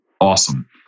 Awesome